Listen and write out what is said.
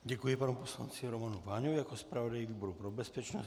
Děkuji panu poslanci Romanu Váňovi jako zpravodaji výboru pro bezpečnost.